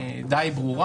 די ברורה.